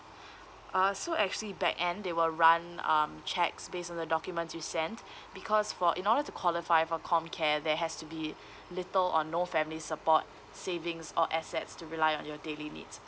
ah so actually backend they will run um checks based on the documents you sent because for in order to qualify for comcare there has to be little or no family support savings or assets to rely on your daily needs